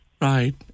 right